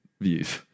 views